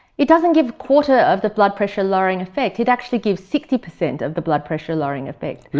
it doesn't give quarter of the blood pressure lowering effect, it actually gives sixty percent of the blood pressure lowering effect.